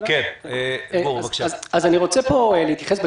אני רוצה להתייחס,